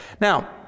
Now